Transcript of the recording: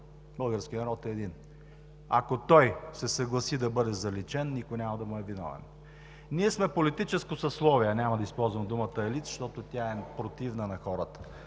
Българският народ е един. Ако той се съгласи да бъде заличен, никой няма да му е виновен. Ние сме политическо съсловие, няма да използвам думата „елит“, защото тя е противна на хората,